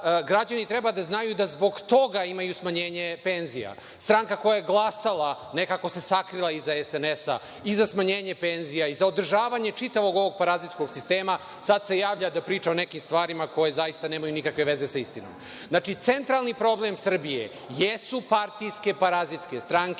Građani treba da znaju da zbog toga imaju smanjenje penzija. Stranka koja je glasala, nekako se sakrila iz SNS,i za smanjenje penzija i za održavanje čitavog ovog parazitskog sistema sada se javlja da priča o nekim stvarima koje nemaju nikakve veze sa istinom. Znači, centralni problem Srbije jesu partijske parazitske stranke